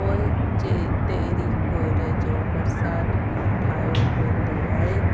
पोइ चे ताइरी कोहिर जो परसादु बि ठाहियो वेंदो आहे